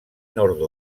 nord